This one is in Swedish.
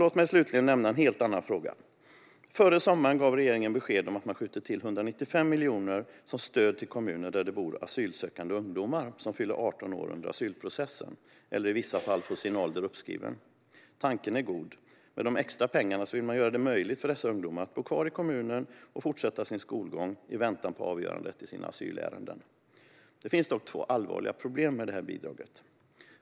Låt mig slutligen nämna en helt annan fråga. Före sommaren gav regeringen besked om att man skjuter till 195 miljoner som stöd till kommuner där det bor asylsökande ungdomar som fyller 18 år under asylprocessen, eller i vissa fall får sin ålder uppskriven. Tanken är god - med de extra pengarna vill man göra det möjligt för dessa ungdomar att bo kvar i kommunen och fortsätta sin skolgång i väntan på avgörandet i sina asylärenden. Det finns dock två allvarliga problem med bidraget.